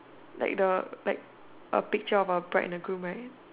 like the like a picture of a bride and a groom right